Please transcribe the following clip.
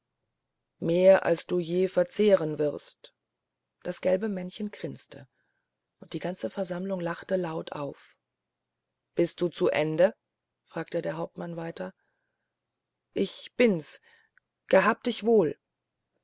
mehr als du je verzehren wirst das gelbe männchen grinste und die ganze versammlung lachte laut auf bist du zu ende fragte der hauptmann weiter ich bin's gehab dich wohl